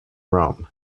rome